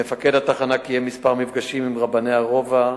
מפקד התחנה קיים כמה מפגשים עם רבני הרובע,